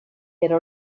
era